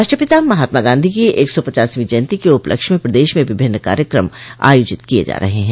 राष्ट्रपिता महात्मा गांधी की एक सौ पचासवीं जयन्ती के उपलक्ष्य में प्रदश में विभिन्न कार्यक्रम आयोजित किये जा रहे हैं